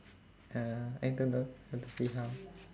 uh I don't know have to see how